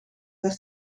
werd